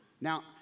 Now